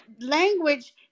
language